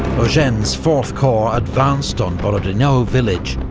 eugene's fourth corps advanced on borodino village,